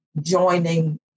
joining